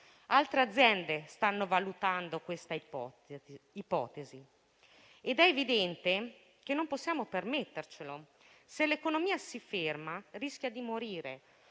Altre aziende stanno valutando questa ipotesi ed è evidente che non possiamo permettercelo. Se l'economia si ferma, rischia di morire,